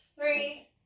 three